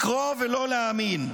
לקרוא ולא להאמין: